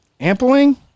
Ampling